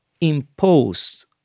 imposed